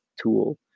tool